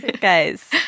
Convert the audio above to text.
Guys